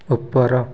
ଉପର